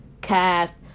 cast